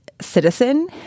citizen